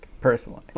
personally